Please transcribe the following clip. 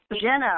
Jenna